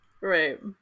Right